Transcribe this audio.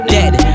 Dead